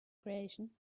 creation